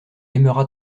aimera